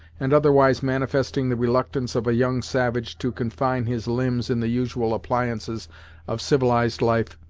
and otherwise manifesting the reluctance of a young savage to confine his limbs in the usual appliances of civilized life,